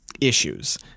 issues